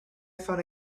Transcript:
found